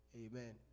amen